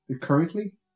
Currently